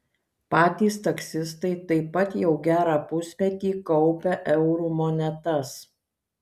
patys taksistai taip pat jau gerą pusmetį kaupia eurų monetas